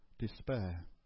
Despair